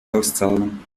auszahlen